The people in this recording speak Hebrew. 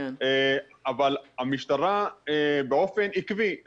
אבל המשטרה באופן עקבי,